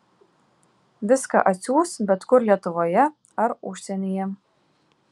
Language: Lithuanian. viską atsiųs bet kur lietuvoje ar užsienyje